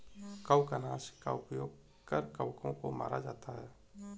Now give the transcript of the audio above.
कवकनाशी का उपयोग कर कवकों को मारा जाता है